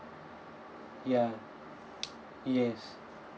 ya yes